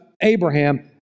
Abraham